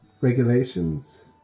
regulations